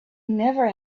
never